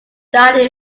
died